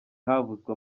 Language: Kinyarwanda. havuzwe